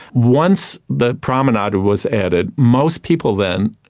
once the promenade was added, most people then,